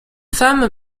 femme